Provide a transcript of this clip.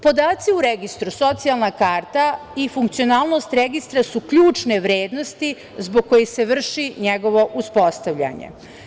Podaci u registru socijalna karta i funkcionalnost registra su ključne vrednosti zbog kojih se vrši njegovo uspostavljanje.